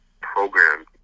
program